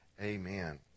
amen